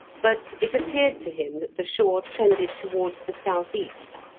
but it appeared to him that the shore trended towards the south-east,